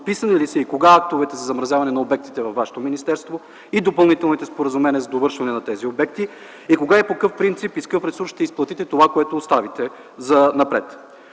подписани ли са и кога актовете за замразяване на обектите във вашето министерство и допълнителните споразумения за довършване на тези обекти и кога, по какъв принцип, и с какъв ресурс ще изплатите това, което оставите занапред?